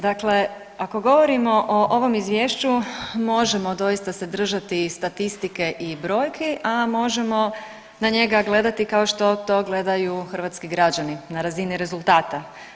Dakle, ako govorimo o ovom izvješću možemo se doista držati statistike i brojki, a možemo na njega gledati kao što to gledaju hrvatski građani na razini rezultata.